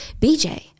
BJ